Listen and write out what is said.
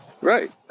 right